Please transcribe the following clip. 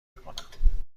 میکنم